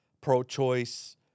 pro-choice